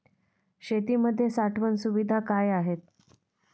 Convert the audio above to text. शेतीमध्ये साठवण सुविधा काय आहेत?